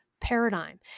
paradigm